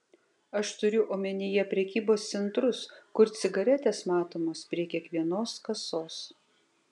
aš turiu omenyje prekybos centrus kur cigaretės matomos prie kiekvienos kasos